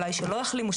אולי שלא החלימו,